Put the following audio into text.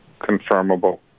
confirmable